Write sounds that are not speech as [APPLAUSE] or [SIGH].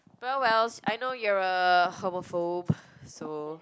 well wells I know you're a homophobe [BREATH] so you said it yourself [what]